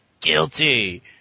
guilty